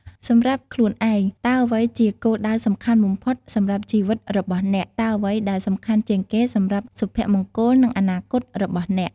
សម្រាប់ខ្លួនឯង តើអ្វីជាគោលដៅសំខាន់បំផុតសម្រាប់ជីវិតរបស់អ្នក? តើអ្វីដែលសំខាន់ជាងគេសម្រាប់សុភមង្គល និងអនាគតរបស់អ្នក?